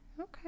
Okay